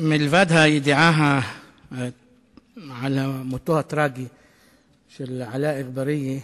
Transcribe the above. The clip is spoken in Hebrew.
מלבד הידיעה על מותו הטרגי של עלא אגבאריה,